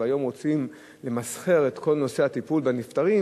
והיום רוצים למסחר את כל נושא הטיפול בנפטרים,